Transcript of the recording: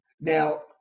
Now